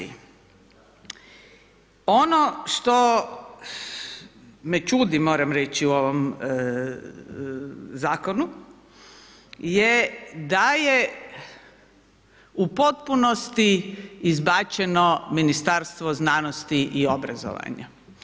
Ono što me čudi moram reći u ovom zakonu je da je u potpunosti izbačeno Ministarstvo znanosti i obrazovanja.